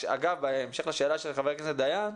אגב בהמשך לשאלה של חבר הכנסת דיין,